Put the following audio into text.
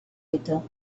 little